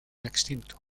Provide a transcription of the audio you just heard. extinto